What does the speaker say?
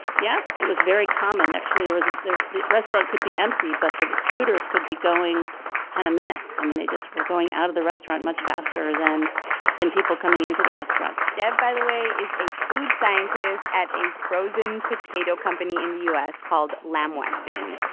yes. it was very common. actually, there was the the restaurant could be empty, but the scooters could be going ten a minute. i mean, they just were going out of the restaurant much faster than than people coming into the restaurant deb, by the way, is a food scientist at a frozen potato company in the u s. called lamb weston.